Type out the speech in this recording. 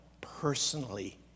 personally